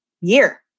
year